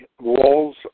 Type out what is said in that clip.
walls